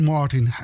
Martin